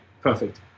perfect